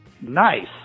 Nice